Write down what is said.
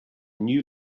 new